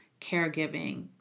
caregiving